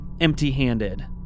empty-handed